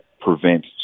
prevent